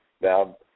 Now